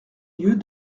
lieues